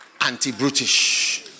Anti-British